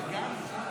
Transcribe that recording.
48 בעד, 58 נגד.